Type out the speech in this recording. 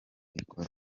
ikosa